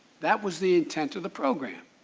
that was the intent of the program.